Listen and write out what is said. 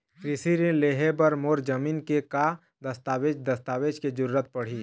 कृषि ऋण लेहे बर मोर जमीन के का दस्तावेज दस्तावेज के जरूरत पड़ही?